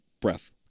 breath